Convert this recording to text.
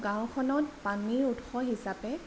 গাঁওখনত পানী উৎস হিচাপে